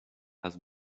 has